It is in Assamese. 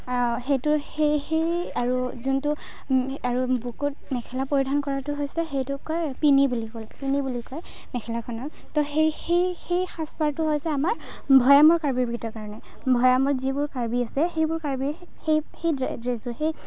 সেইটো সেই সেই আৰু যোনটো আৰু বুকুত মেখেলা পৰিধান কৰাটো হৈছে সেইটোক কয় পিনি বুলি কয় পিনি বুলি কয় মেখেলাখনক ত' সেই সেই সেই সাজপাৰটো হৈছে আমাৰ ভৈয়ামৰ কাৰ্বি ভিতৰ কাৰণে ভৈয়ামত যিবোৰ কাৰ্বি আছে সেইবোৰ কাৰ্বিয়ে সেই সেই ড্ৰে ড্ৰেছযোৰ সেই